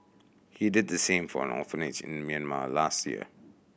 he did the same for an orphanage in Myanmar last year